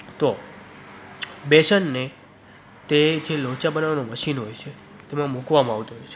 તો બેસનને તે જે લોચા બનાવવાનું મશીન હોય છે તેમાં મૂકવામાં આવતું હોય છે